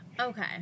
okay